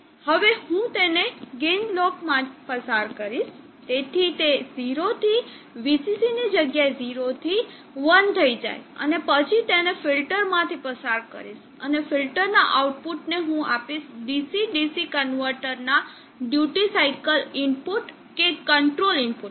હવે હું તેને ગેઇન બ્લોકમાં પસાર કરીશ જેથી તે 0 થી VCC ની જગ્યાએ 0 થી 1 થઈ જાય અને પછી તેને ફિલ્ટરમાંથી પસાર કરીશ અને ફિલ્ટરના આઉટપુટ ને હું આપીશ DC DC કન્વર્ટરના ડ્યુટી સાઇકલ ઈનપુટ કે કંટ્રોલ ઈનપુટ માં